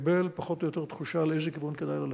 לקבל פחות או יותר תחושה לאיזה כיוון כדאי ללכת,